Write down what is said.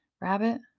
rabbit